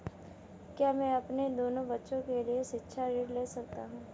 क्या मैं अपने दोनों बच्चों के लिए शिक्षा ऋण ले सकता हूँ?